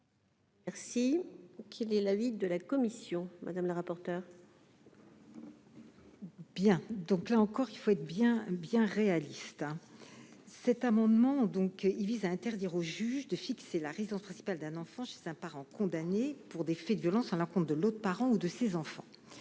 parent. Quel est l'avis de la commission ? Là encore, nous devons faire preuve de réalisme. Cet amendement vise à interdire au juge de fixer la résidence principale d'un enfant chez un parent condamné pour des faits de violences à l'encontre de l'autre parent ou de ses enfants.